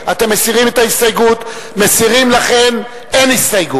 43 בעד, 70 נגד, אין נמנעים.